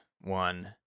one